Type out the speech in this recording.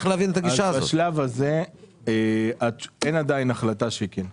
בשלב הזה אין עדיין החלטה שכן.